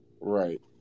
Right